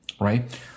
right